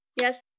Yes